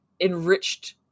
enriched